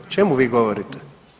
O čemu vi govorite?